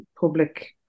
public